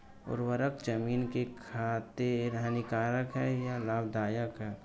उर्वरक ज़मीन की खातिर हानिकारक है या लाभदायक है?